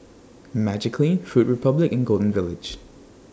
Magiclean Food Republic and Golden Village